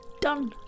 Done